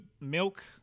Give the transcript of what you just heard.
milk